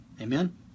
Amen